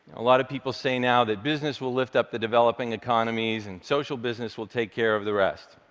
a lot of people say now that business will lift up the developing economies, and social business will take care of the rest.